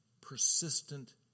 persistent